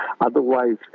otherwise